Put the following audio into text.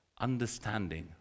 understanding